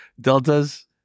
Deltas